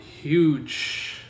huge